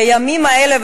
בימים האלה,